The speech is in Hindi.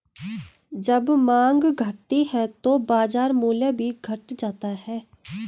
जब माँग घटती है तो बाजार मूल्य भी घट जाता है